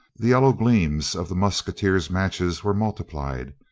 the yellow gleams of the musketeers' matches were multiplied.